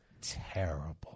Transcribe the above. terrible